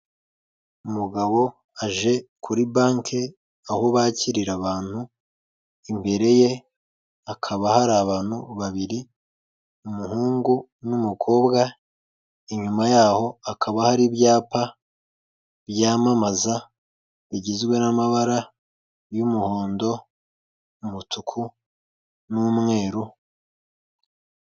Umugabo aje kuri banke aho bakirira abantu, imbere ye hakaba hari abantu babiri, umuhungu n'umukobwa. Inyuma yaho hakaba hari ibyapa byamamaza bigizwe n'amabara y'umuhondo, umutuku n'umweru.